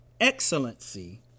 excellency